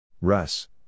Russ